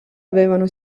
avevano